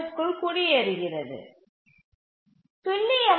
7 க்குள் குடியேறுகிறது துல்லியமாக 0